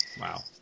Wow